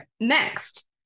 Next